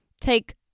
take